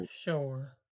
sure